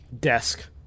desk